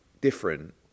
different